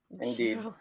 indeed